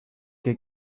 que